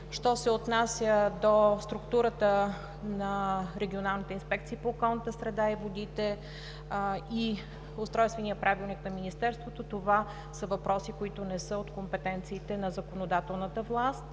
Що се отнася до структурата на регионалните инспекции по околната среда и водите и Устройствения правилник на Министерството – това са въпроси, които не са от компетенциите на законодателната власт.